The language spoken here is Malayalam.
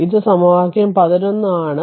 ഇത് സമവാക്യം 11 ആണ്